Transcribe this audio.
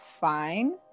fine